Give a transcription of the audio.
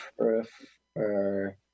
prefer